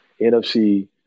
NFC